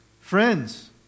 Friends